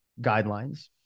guidelines